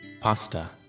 Pasta